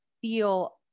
feel